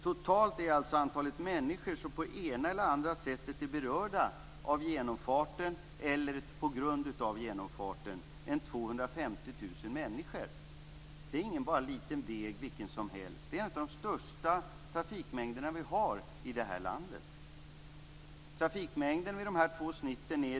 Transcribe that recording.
Totalt är alltså antalet människor som på det ena eller andra sättet är berörda av genomfarten ca 250 000 människor. Det är inte fråga om en liten väg vilken som helst. Det handlar om en av de största trafikmängderna som vi har i det här landet. Vid 40 000.